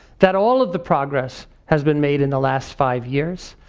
that all of the progress has been made in the last five years.